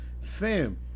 Fam